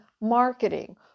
marketing